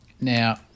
Now